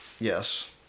Yes